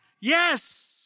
Yes